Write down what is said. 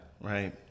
Right